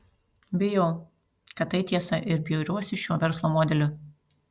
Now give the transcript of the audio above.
bijau kad tai tiesa ir bjauriuosi šiuo verslo modeliu